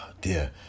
dear